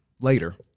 later